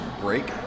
break